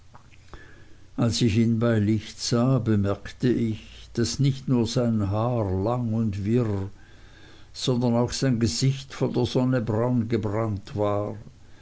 als ich ihn bei licht sah bemerkte ich daß nicht nur sein haar lang und wirr sondern auch sein gesicht von der sonne braun gebrannt war